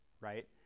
right